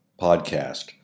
podcast